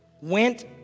went